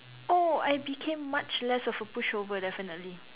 oh I became much less of a pushover definitely